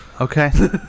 Okay